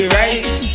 right